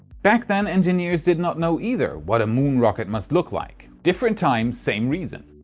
back then, engineers did not know either, what a moon rocket must look like. different time, same reasons.